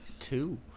Two